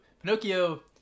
pinocchio